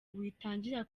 witangira